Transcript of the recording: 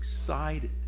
excited